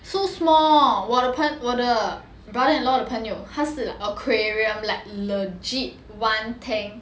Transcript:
so small 我的朋我的 brother in law 的朋友他是 like aquarium like legit one tank